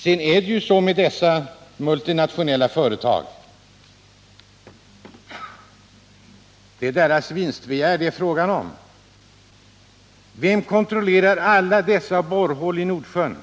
Sedan är det ju så med dessa multinationella företag att det är deras vinstbegär det är fråga om. Vem kontrollerar alla dessa borrhål i Nordsjön,